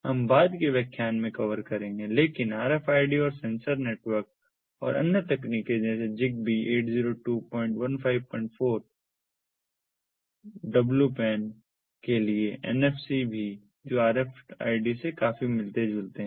हम बाद के व्याख्यान में कवर करेंगे लेकिन RFID और सेंसर नेटवर्क और अन्य तकनीकें जैसे zigbee 802154 WPAN के लिए NFC भी जो RFID से काफी मिलता जुलते है